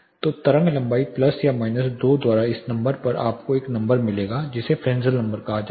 तो तरंग लंबाई प्लस या माइनस 2 द्वारा इस नंबर पर आपको एक नंबर मिलेगा जिसे फ्रेस्नेल नंबर कहा जाता है